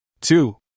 Two